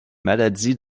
maladies